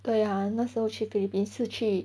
对呀那时候去 philippines 是去